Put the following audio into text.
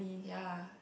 ya